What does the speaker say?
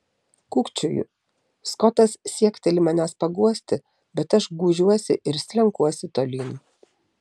kūkčioju skotas siekteli manęs paguosti bet aš gūžiuosi ir slenkuosi tolyn